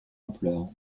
ampleur